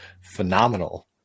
phenomenal